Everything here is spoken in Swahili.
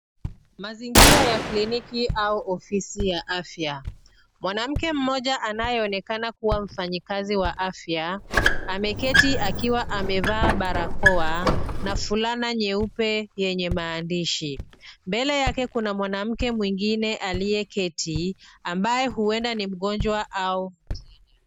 Mazingira ya kliniki au ofisi ya afya. Mwanamke mmoja anayeonekana kuwa mfanyikazi wa afya ameketi akiwa amevaa barakoa na fulana nyeupe yenye maandishi. Mbele yake kuna mwanamke mwengine aliyeketi ambaye huenda ni mgonjwa au mteja.